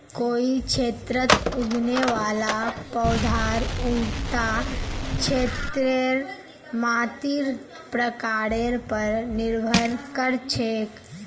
कोई क्षेत्रत उगने वाला पौधार उता क्षेत्रेर मातीर प्रकारेर पर निर्भर कर छेक